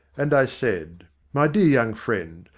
and i said my dear young friend,